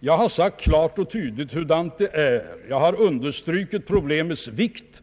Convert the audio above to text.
Jag har klart och tydligt sagt hur det förhåller sig, och jag har understrukit problemens vikt.